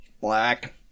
black